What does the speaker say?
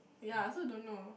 ya so don't know